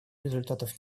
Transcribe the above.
результатов